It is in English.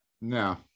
No